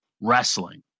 wrestling